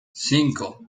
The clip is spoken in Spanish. cinco